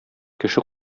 кеше